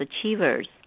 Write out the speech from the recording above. achievers